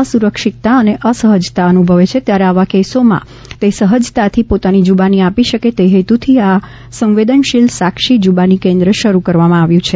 અસુરક્ષિતતા અને અસહજતા અનુભવે છે ત્યારે આવા કેસોમાં તે સહજતાથી પોતાની જૂબાની આપી શકે તે હેતુથી આ સંવેદનશીલ સાક્ષી જૂબાની કેન્દ્ર શરૂ કરવામાં આવ્યું છે